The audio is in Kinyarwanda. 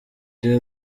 daily